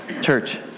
Church